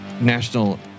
National